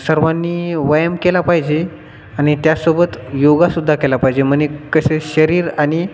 सर्वांनी व्यायाम केला पाहिजे आणि त्याचसोबत योगासुद्धा केला पाहिजे म्हणजे कसे शरीर आणि